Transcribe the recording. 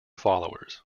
followers